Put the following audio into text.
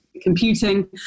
computing